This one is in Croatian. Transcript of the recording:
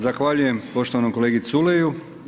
Zahvaljujem poštovanom kolegi Culeju.